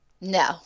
No